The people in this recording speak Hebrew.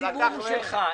כל ציבור הוא שלך.